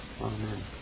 Amen